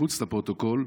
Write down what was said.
מחוץ לפרוטוקול,